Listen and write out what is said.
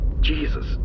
Jesus